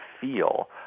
feel